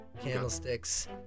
candlesticks